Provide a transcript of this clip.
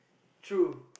true